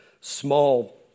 small